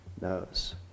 knows